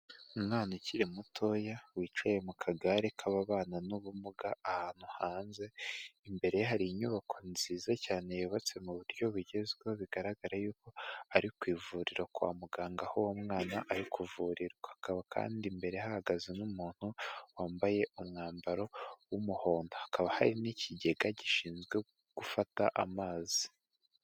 Umwana ukiri mutoya wicaye mu kagare k'ababana n'ubumuga, ahantu hanze, imbere ye hari inyubako nziza cyane yubatse mu buryo bugezweho, bigaragara yuko ari ku ivuriro kwa muganga aho uwo mwana ari kuvurirwa, hakaba kandi imbere hahagaze n'umuntu wambaye umwambaro w'umuhondo, hakaba hari n'ikigega gishinzwe gufata amazi.